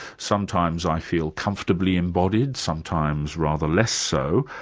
sometimes i feel comfortably embodied, sometimes rather less so.